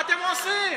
מה אתם עושים?